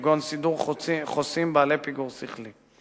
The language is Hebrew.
כגון סידור חוסים בעלי פיגור שכלי.